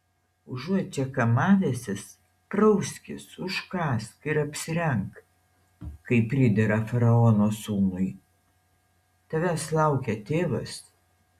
užuot čia kamavęsis prauskis užkąsk ir apsirenk kaip pridera faraono sūnui tavęs laukia tėvas